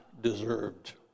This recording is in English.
deserved